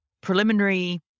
Preliminary